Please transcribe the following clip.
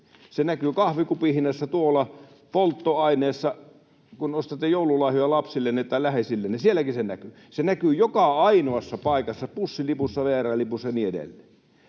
Se näkyy kahvikupin hinnassa, polttoaineessa, ja kun ostatte joululahjoja lapsillenne tai läheisillenne, sielläkin se näkyy. Se näkyy joka ainoassa paikassa, bussilipussa, VR:n lipussa ja niin edelleen.